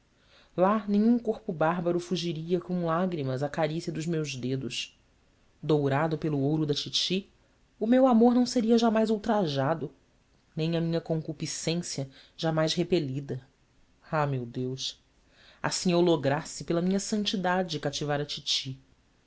lá nenhum corpo bárbaro fugiria com lágrimas à carícia dos meus dedos dourado pelo ouro da titi o meu amor não seria jamais ultrajado nem a minha concupiscência jamais repelida ah meu deus assim eu lograsse pela minha santidade cativar a titi